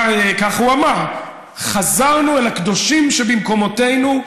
כך הוא אמר: חזרנו אל הקדושים שבמקומותינו,